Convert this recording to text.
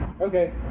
Okay